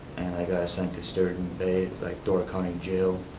and i got sent to sturgeon bay door county jail